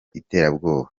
iterabwoba